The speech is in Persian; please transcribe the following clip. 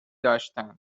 داشتن